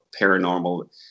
paranormal